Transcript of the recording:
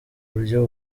buryo